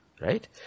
right